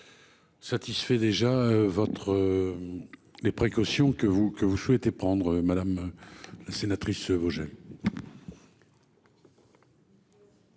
satisfait déjà les précautions que vous que vous souhaitez prendre, madame la sénatrice Vogel.